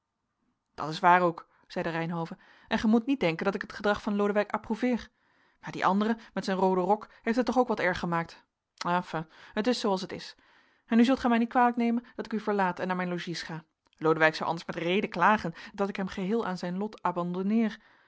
dat is waar ook zeide reynhove en gij moet niet denken dat ik het gedrag van lodewijk approuveer maar die andere met zijn rooden rok heeft het toch ook wat erg gemaakt enfin het is zooals het is en nu zult gij mij niet kwalijk nemen dat ik u verlaat en naar mijn logies ga lodewijk zou anders met reden klagen dat ik hem geheel aan zijn lot abandonneer